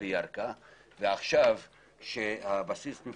בדיווח כאמור יסקור השר